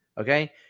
Okay